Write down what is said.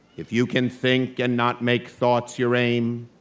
if you can think, and not make thoughts your aim,